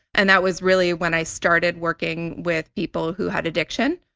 and that was really when i started working with people who had addiction.